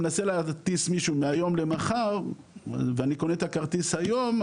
מנסה להטיס מישהו מהיום למחר ואני קונה את הכרטיס היום,